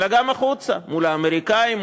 אלא גם החוצה מול האמריקנים,